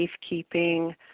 safekeeping